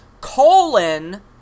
colon